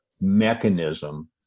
mechanism